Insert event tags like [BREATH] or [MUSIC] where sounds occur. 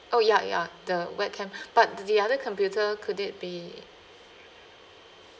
oh ya ya the web cam [BREATH] but the the other computer could it be